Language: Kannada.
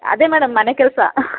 ಅದೇ ಮೇಡಮ್ ಮನೆ ಕೆಲಸ